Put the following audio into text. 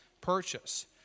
purchase